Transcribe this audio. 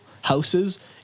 houses